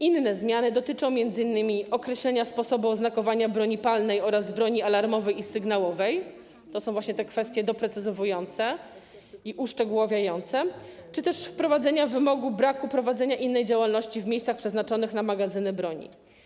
Inne zmiany dotyczą m.in. określenia sposobu oznakowania broni palnej oraz broni alarmowej i sygnałowej - to są właśnie te kwestie doprecyzowujące i uszczegóławiające - czy też wprowadzenia wymogu braku prowadzenia innej działalności w miejscach przeznaczonych na magazyny broni.